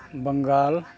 Bengal